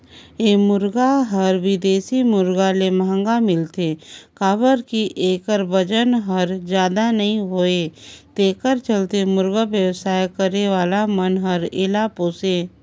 ए मुरगा हर बिदेशी मुरगा ले महंगा मिलथे काबर कि एखर बजन हर जादा नई होये तेखर चलते मुरगा बेवसाय करे वाला मन हर एला पोसे